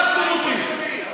הצחקתם אותי.